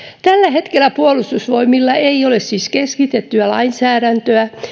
hetkellä puolustusvoimilla ei ole siis keskitettyä lainsäädäntöä